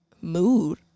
mood